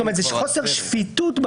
מדובר בחוסר שפיטות.